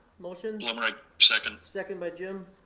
motion. blumreich, second. second by jim.